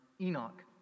Enoch